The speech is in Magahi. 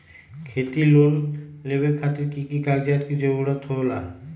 खेती लोन लेबे खातिर की की कागजात के जरूरत होला?